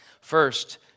First